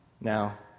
Now